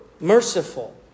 merciful